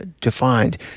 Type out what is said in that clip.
defined